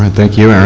and thank you,